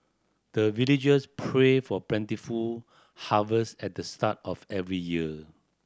the villagers pray for plentiful harvest at the start of every year